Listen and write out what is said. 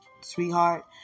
sweetheart